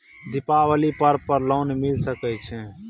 दीपावली पर्व पर लोन मिल सके छै?